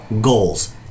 goals